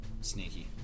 sneaky